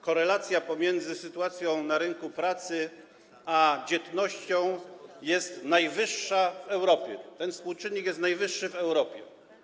Korelacja pomiędzy sytuacją na rynku pracy a dzietnością jest najwyższa w Europie, ten współczynnik jest najwyższy w Europie.